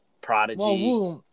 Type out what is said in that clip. Prodigy